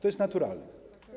To jest naturalne.